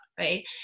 right